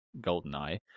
GoldenEye